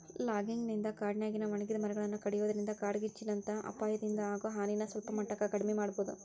logging ನಿಂದ ಕಾಡಿನ್ಯಾಗಿನ ಒಣಗಿದ ಮರಗಳನ್ನ ಕಡಿಯೋದ್ರಿಂದ ಕಾಡ್ಗಿಚ್ಚಿನಂತ ಅಪಾಯದಿಂದ ಆಗೋ ಹಾನಿನ ಸಲ್ಪಮಟ್ಟಕ್ಕ ಕಡಿಮಿ ಮಾಡಬೋದು